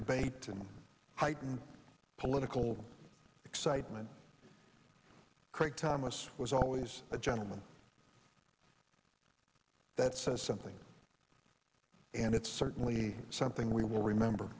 debate to heighten political excitement craig thomas was always a gentleman that says something and it's certainly something we will remember